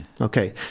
Okay